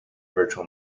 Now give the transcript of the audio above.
virtual